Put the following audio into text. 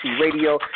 radio